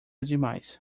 demais